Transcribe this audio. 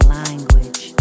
language